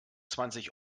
zwanzig